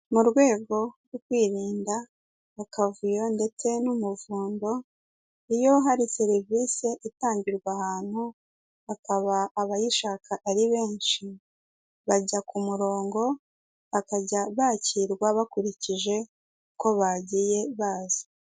Mu rwego rwo kwirinda akavuyo ndetse n'umuvundo, iyo hari serivisi itangirwa ahantu hakaba abayishaka ari benshi, bajya ku murongo bakajya bakirwa bakurikije uko bagiye baza.